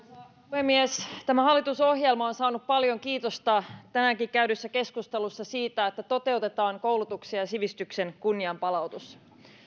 puhemies tämä hallitusohjelma on saanut paljon kiitosta tänäänkin käydyssä keskustelussa siitä että toteutetaan koulutuksen ja sivistyksen kunnianpalautus